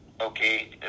Okay